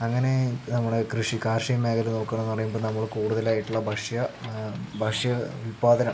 അങ്ങനെ ഇപ്പോൾ നമ്മുടെ കൃഷി കാർഷിക മേഖല നോക്കുകയാണെന്ന് പറയുമ്പോൾ നമ്മള് കൂടുതലായിട്ടുള്ള ഭക്ഷ്യ ഭക്ഷ്യ ഉൽപ്പാദനം